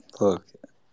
Look